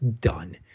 done